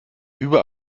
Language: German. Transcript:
über